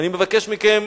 אני מבקש מכם,